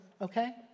okay